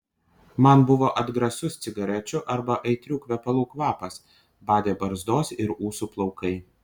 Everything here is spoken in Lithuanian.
man buvo atgrasus cigarečių arba aitrių kvepalų kvapas badė barzdos ir ūsų plaukai